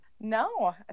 No